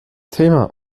thema